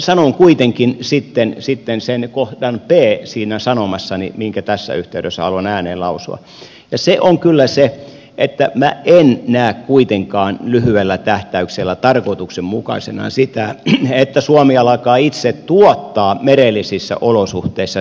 sanon kuitenkin sitten sen kohdan b siinä sanomassani minkä tässä yhteydessä haluan ääneen lausua ja se on kyllä se että minä en näe kuitenkaan lyhyellä tähtäyksellä tarkoituksenmukaisena sitä että suomi alkaa itse tuottaa merellisissä olosuhteissa sähköä